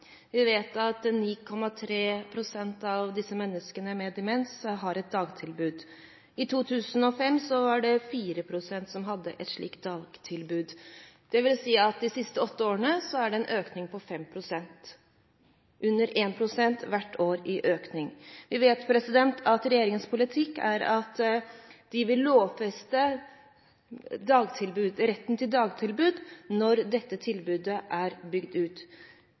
Vi vet at 9,3 pst. av menneskene med demens, har et dagtilbud. I 2005 var det 4 pst. som hadde et slikt dagtilbud. Det vil si at det i de siste åtte årene har vært en økning på 5 pst. – under 1 pst. økning hvert år. Vi vet at regjeringens politikk er at de vil lovfeste retten til dagtilbud når dette tilbudet er bygd ut.